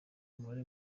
umubare